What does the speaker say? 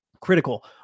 critical